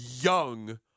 young